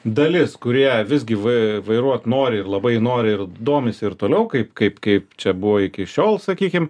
dalis kurie vis gi vai vairuot nori ir labai nori ir domisi ir toliau kaip kaip kaip čia buvo iki šiol sakykim